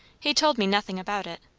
he told me nothing about it.